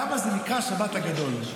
למה זה נקרא שבת הגדול?